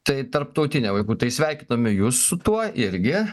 tai tarptautinė vaikų tai sveikiname jus su tuo irgi